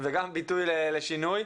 וגם ביטוי לשינוי.